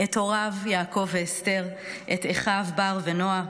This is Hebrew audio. את הוריו יעקב ואסתר, את אחיו בר ונועה,